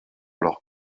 leur